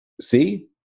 see